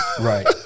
Right